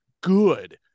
good